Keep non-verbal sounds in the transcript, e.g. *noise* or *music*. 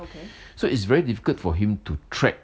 *breath* so it's very difficult for him to track